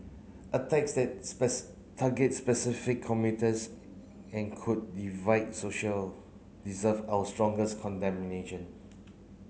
attacks that target specific commuters and could divide social deserve our strongest